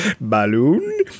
balloon